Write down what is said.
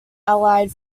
allied